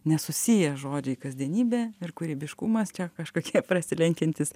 nesusiję žodžiai kasdienybė ir kūrybiškumas čia kažkokie prasilenkiantys